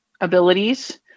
abilities